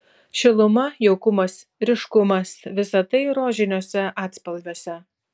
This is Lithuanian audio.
šiluma jaukumas ryškumas visa tai rožiniuose atspalviuose